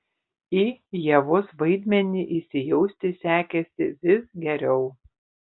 į ievos vaidmenį įsijausti sekėsi vis geriau